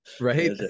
right